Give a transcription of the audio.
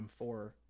m4